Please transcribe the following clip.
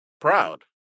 proud